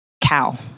cow